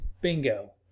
Bingo